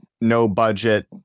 no-budget